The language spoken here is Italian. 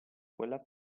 quella